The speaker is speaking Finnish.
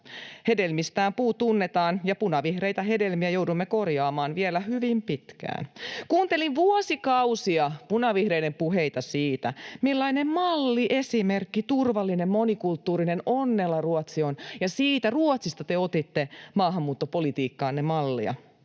Hedelmistään puu tunnetaan, ja punavihreitä hedelmiä joudumme korjaamaan vielä hyvin pitkään. Kuuntelin vuosikausia punavihreiden puheita siitä, millainen malliesimerkki, turvallinen monikulttuurinen onnela Ruotsi on, ja siitä Ruotsista te otitte maahanmuuttopolitiikkaanne mallia.